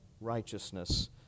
righteousness